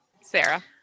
Sarah